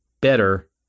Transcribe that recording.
better